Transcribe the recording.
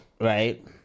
right